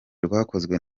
rwakozwe